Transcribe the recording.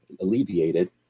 alleviated